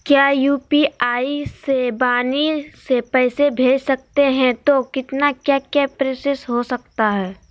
क्या यू.पी.आई से वाणी से पैसा भेज सकते हैं तो कितना क्या क्या प्रोसेस हो सकता है?